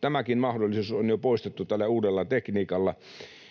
tämäkin mahdollisuus on jo poistettu tällä uudella tekniikalla.